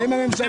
הם הממשלה.